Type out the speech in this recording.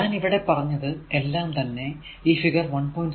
ഞാൻ ഇവിടെ പറഞ്ഞത് എല്ലാം തന്നെ ഈ ഫിഗർ 1